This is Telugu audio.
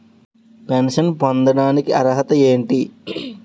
పెన్షన్ పొందడానికి అర్హత ఏంటి?